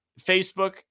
Facebook